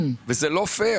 וזה לא הוגן.